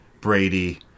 Brady